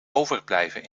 overblijven